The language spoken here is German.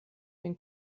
den